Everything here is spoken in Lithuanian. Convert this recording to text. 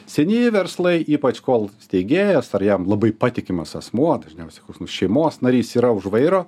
senieji verslai ypač kol steigėjas ar jam labai patikimas asmuo dažniausia šeimos narys yra už vairo